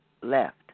left